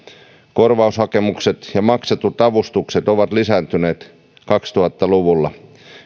korvaushakemukset ja maksetut avustukset ovat lisääntyneet kaksituhatta luvulla